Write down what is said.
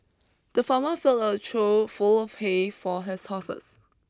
the farmer filled a trough full of hay for his horses